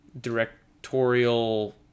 directorial